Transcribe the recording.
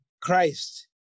Christ